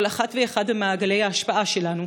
כל אחת ואחד במעגלי ההשפעה שלנו,